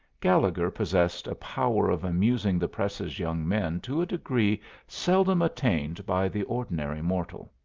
gallegher possessed a power of amusing the press's young men to a degree seldom attained by the ordinary mortal.